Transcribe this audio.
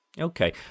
Okay